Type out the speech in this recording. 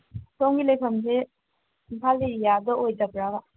ꯁꯣꯝꯒꯤ ꯂꯩꯐꯝꯁꯦ ꯏꯝꯐꯥꯜ ꯑꯦꯔꯤꯌꯥꯗ ꯑꯣꯏꯗꯕ꯭ꯔꯥꯕ